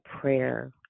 prayer